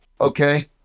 okay